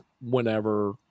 whenever